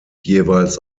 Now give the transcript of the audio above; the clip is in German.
jeweils